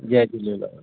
Jay Jhulelal